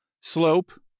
slope